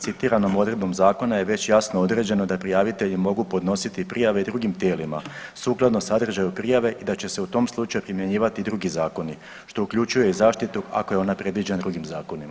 Citiranom odredbom zakona je već jasno određeno da prijavitelji mogu podnositi prijave i drugim tijelima sukladno sadržaju prijave i da će se u tom slučaju primjenjivati drugi zakoni, što uključuje i zaštitu ako je ona predviđena drugim zakonima.